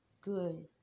good